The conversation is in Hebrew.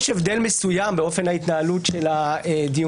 יש הבדל מסוים באופן ההתנהלות של הדיונים